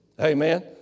Amen